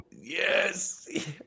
yes